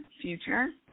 future